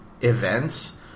Events